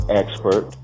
expert